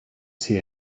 see